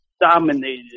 dominated